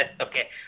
Okay